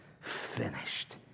finished